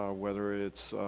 ah whether it's